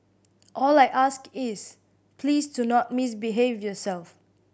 all I ask is please do not misbehave yourself